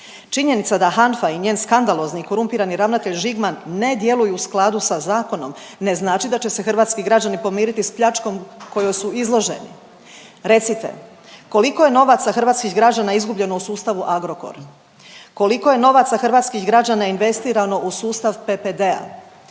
Činjenica da HANFA i njen skandalozni i korumpirani ravnatelj Žigman ne djeluju u skladu sa zakonom, ne znači da će se hrvatski građani pomiriti s pljačkom kojoj su izloženi. Recite, koliko je novaca hrvatskih građana izguljeno u sustavu Agrokor? Koliko je novaca hrvatskih građana investirano u sustav PPD-a?